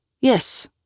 Yes